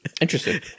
Interesting